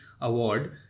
award